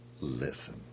listen